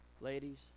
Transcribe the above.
Ladies